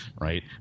right